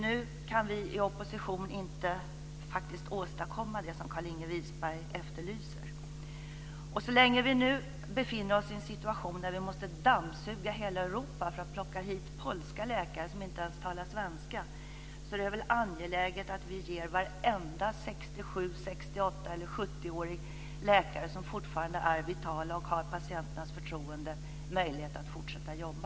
Nu kan vi i opposition faktiskt inte åstadkomma det som Carlinge Så länge vi nu befinner oss i en situation där vi måste dammsuga hela Europa för att plocka hit bl.a. polska läkare som inte ens talar svenska är det väl angeläget att vi ger varenda 67-, 68 eller 70-årig läkare som fortfarande är vital och har patienternas förtroende möjlighet att fortsätta jobba?